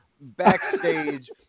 backstage